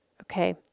Okay